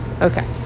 okay